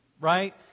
Right